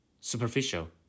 superficial